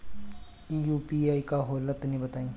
इ यू.पी.आई का होला तनि बताईं?